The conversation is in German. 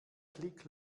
klick